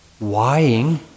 Whying